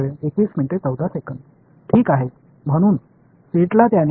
ஒரு தொகுப்பை ஆதரிப்பது அதன் மதிப்புக்கு சமம்